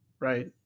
Right